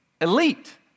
elite